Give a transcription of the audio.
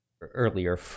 earlier